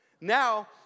Now